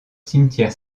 cimetière